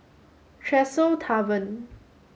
Tresor Tavern